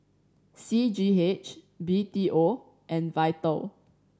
C G H B T O and Vital